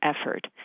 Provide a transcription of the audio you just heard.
effort